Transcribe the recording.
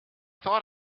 thought